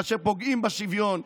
כאשר פוגעים בשוויון,